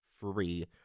free